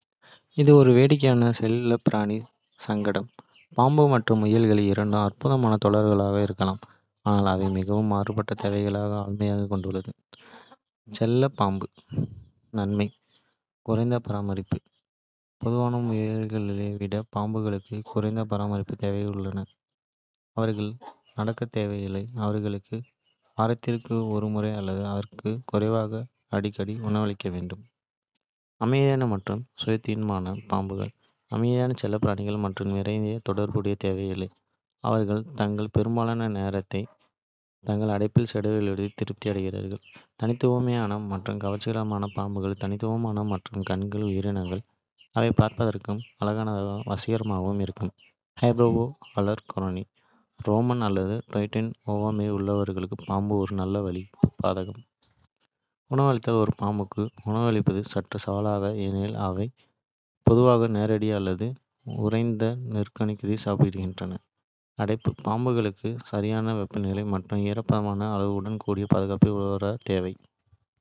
இது ஒரு வேடிக்கையான செல்லப்பிராணி சங்கடம்! பாம்புகள் மற்றும் முயல்கள் இரண்டும் அற்புதமான தோழர்களாக இருக்கலாம், ஆனால் அவை மிகவும் மாறுபட்ட தேவைகளையும் ஆளுமைகளையும் கொண்டுள்ளன. விருப்பங்களை நான் எவ்வாறு எடைபோடுவேன் என்பது இங்கே. செல்லப் பாம்பு. நன்மை. குறைந்த பராமரிப்பு, பொதுவாக முயல்களை விட பாம்புகளுக்கு குறைந்த பராமரிப்பு தேவைகள் உள்ளன. அவர்கள் நடக்கத் தேவையில்லை, அவர்களுக்கு வாரத்திற்கு ஒரு. முறை அல்லது அதற்கும் குறைவாக அடிக்கடி உணவளிக்க வேண்டும். அமைதியான மற்றும் சுயாதீனமான: பாம்புகள் அமைதியான செல்லப்பிராணிகள் மற்றும் நிறைய தொடர்பு தேவையில்லை. அவர்கள் தங்கள் பெரும்பாலான நேரத்தை தங்கள் அடைப்பில் செலவிடுவதில் திருப்தி அடைக்கிறார்கள். தனித்துவமான மற்றும் கவர்ச்சிகரமான: பாம்புகள் தனித்துவமான மற்றும் கண்கவர் உயிரினங்கள். அவை பார்ப்பதற்கு அழகாகவும் வசீகரமாகவும் இருக்கும். ஹைபோஅலர்கெனி: ரோமம் அல்லது டேன்டர் ஒவ்வாமை உள்ளவர்களுக்கு பாம்புகள் ஒரு நல்ல வழி. பாதகம். உணவளித்தல் ஒரு பாம்புக்கு உணவளிப்பது சற்று சவாலானது, ஏனெனில் அவை பொதுவாக நேரடி அல்லது உறைந்த கொறித்துண்ணிகளை சாப்பிடுகின்றன. அடைப்பு பாம்புகளுக்கு சரியான வெப்பநிலை மற்றும் ஈரப்பத அளவுடன் கூடிய பாதுகாப்பான உறை தேவை. கையாளுதல் சிலர் பாம்புகளைக் கண்டு பயப்படுகிறார்கள் அல்லது அவற்றைக் கையாள்வதில் சங்கடப்படுகிறார்கள்.